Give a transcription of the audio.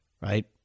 Right